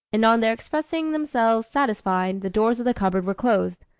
and on their expressing themselves satisfied, the doors of the cupboard were closed,